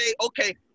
okay